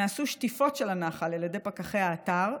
נעשו שטיפות של הנחל ידי פקחי האתר,